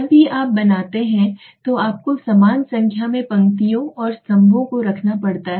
जब भी आप बनाते हैं तो आपको समान संख्या में पंक्तियों और स्तंभों को रखना पड़ता है